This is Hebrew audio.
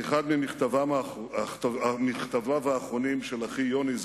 מאחד ממכתביו האחרונים של אחי יוני,